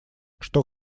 что